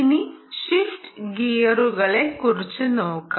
ഇനി ഷിഫ്റ്റ് ഗിയറുകളെ കുറിച്ച് നോക്കാം